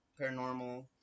paranormal